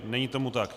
Není tomu tak.